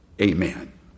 Amen